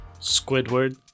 Squidward